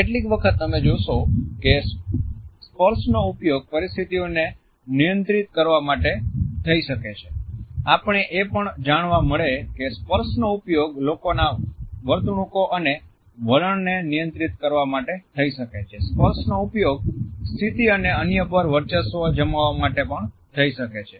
કેટલીક વખત તમે જોશો કે સ્પર્શનો ઉપયોગ પરિસ્થિતિઓને નિયંત્રિત કરવા માટે થઈ શકે છે આપણે એ પણ જાણવા મળે કે સ્પર્શનો ઉપયોગ લોકોના વર્તણૂકો અને વલણને નિયંત્રિત કરવા માટે થઈ શકે છે સ્પર્શનો ઉપયોગ સ્થિતિ અને અન્ય પર વર્ચસ્વ જમાવવા માટે થઈ શકે છે